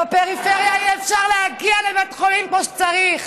בפריפריה אי-אפשר להגיע לבית חולים כמו שצריך.